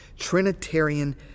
trinitarian